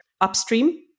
upstream